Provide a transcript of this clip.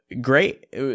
great